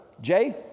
Jay